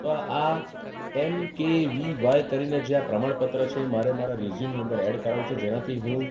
તો આ M K V Y કરીને જે આ પ્રમાણ પત્ર છે મારે મારા રીઝયુમની અંદર એડ કરાવું છે જેનાથી હું